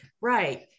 right